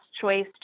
choice